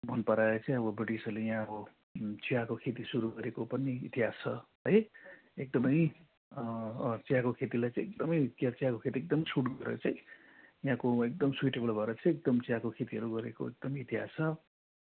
मन पराएर चाहिँ अब ब्रिटिसहरूले यहाँ अब चियाको खेती सुरु गरेको पनि इतिहास छ है एकदम चियाको खेतीलाई चाहिँ एकदम चियाको खेती एकदम सुट गरेर चाहिँ यहाँको एकदम सुइटेबल भएर चाहिँ एकदम चियाको खेतीहरू गरेको एकदम इतिहास छ